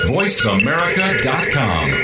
VoiceAmerica.com